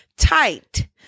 Tight